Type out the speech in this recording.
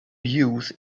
use